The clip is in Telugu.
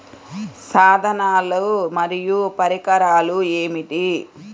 సాధనాలు మరియు పరికరాలు ఏమిటీ?